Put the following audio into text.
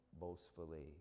boastfully